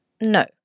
no